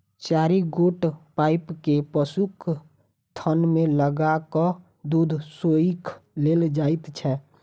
चारि गोट पाइप के पशुक थन मे लगा क दूध सोइख लेल जाइत छै